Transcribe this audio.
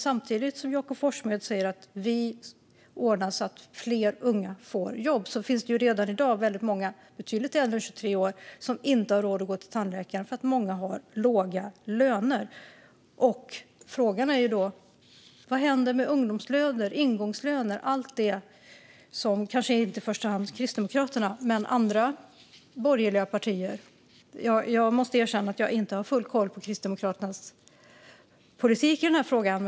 Samtidigt som Jakob Forssmed säger att de ordnar så att fler unga får jobb finns det redan i dag många som är betydligt äldre än 23 år som inte har råd att gå till tandläkaren, eftersom de har låga löner. Frågan är vad som händer med ungdomslöner och ingångslöner. Det är kanske inte i första hand Kristdemokraterna som driver de frågorna, men det gör andra borgerliga partier. Jag måste erkänna att jag inte har full koll på Kristdemokraternas politik i den frågan.